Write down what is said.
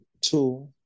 Two